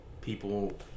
people